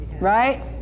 right